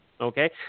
Okay